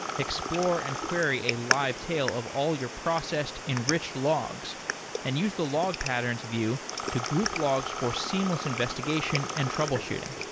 explore and query a live tail of all your processed enriched logs and use the log patterns view to group logs for seamless investigation and troubleshooting.